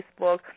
Facebook